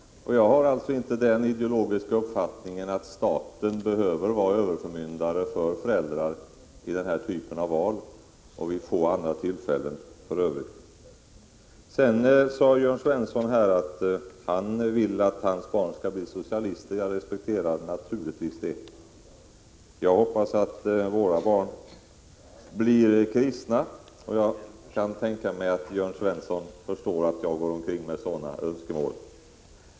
Jag har inte den ideologiska uppfattningen att staten behöver vara överförmyndare för föräldrar vid denna typ av val. Det är för övrigt vid få tillfällen en sådan över huvud taget behövs. Jörn Svensson sade vidare att han vill att hans barn skall bli socialister, och jag respekterar naturligtvis den inställningen. Jag hoppas att mina barn skall bli kristna, och jag kan tänka mig att Jörn Svensson förstår att jag har ett sådant önskemål.